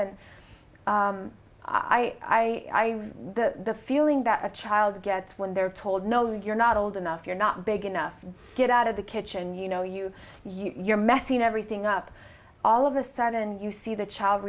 and i the feeling that a child gets when they're told no you're not old enough you're not big enough to get out of the kitchen you know you you're messing everything up all of a sudden you see the child